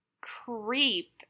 creep